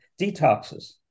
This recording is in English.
detoxes